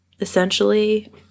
Essentially